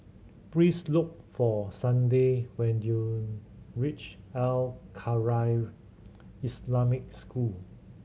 please look for Sunday when you reach Al Khairiah Islamic School